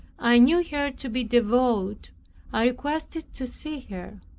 i knew her to be devout i requested to see her.